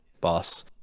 boss